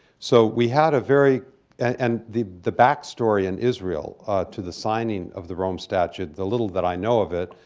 so we had a very and the the back story in israel to the signing of the rome statute, the little that i know of it,